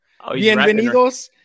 Bienvenidos